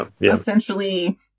essentially